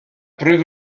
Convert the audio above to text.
plus